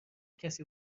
کسی